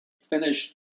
finished